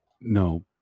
No